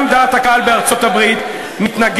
גם דעת הקהל בארצות-הברית מתנגדת